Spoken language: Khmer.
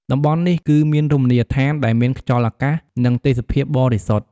តំបន់នេះ គឺមានរមណីយដ្ឋាន ដែលមានខ្យល់អាកាស និងទេសភាពបរិសុទ្ធ ។